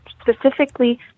specifically